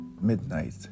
midnight